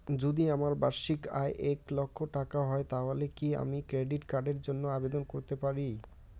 যদি আমার বার্ষিক আয় এক লক্ষ টাকা হয় তাহলে কি আমি ক্রেডিট কার্ডের জন্য আবেদন করতে পারি?